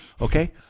okay